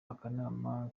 akanama